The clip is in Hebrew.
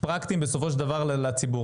פרקטיים בסופו של דבר לציבור.